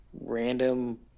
random